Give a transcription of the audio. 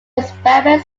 experiment